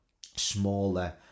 smaller